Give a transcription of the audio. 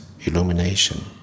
illumination